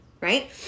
Right